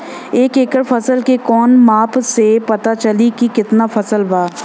एक एकड़ फसल के कवन माप से पता चली की कितना फल बा?